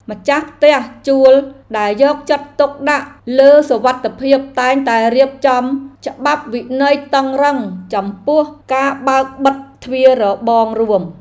ម្ចាស់ផ្ទះជួលដែលយកចិត្តទុកដាក់លើសុវត្ថិភាពតែងតែរៀបចំច្បាប់វិន័យតឹងរឹងចំពោះការបើកបិទទ្វាររបងរួម។